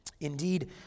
Indeed